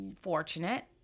fortunate